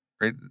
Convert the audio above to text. right